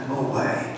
away